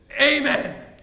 amen